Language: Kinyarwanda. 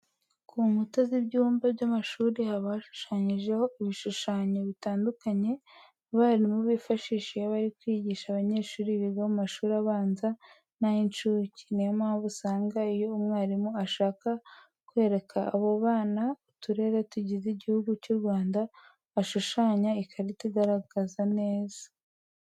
Ku nkuta z'ibyumba by'amashuri haba hashushanyijeho ibishushanyo bitandukanye abarimu bifashisha iyo bari kwigisha abanyeshuri biga mu mashuri abanza n'ay'inshuke. Ni yo mpamvu usanga iyo umwarimu ashaka kwereka abo bana uturere tugize Igihugu cy'u Rwanda, ashushanya ikarita ibigaragaza neza.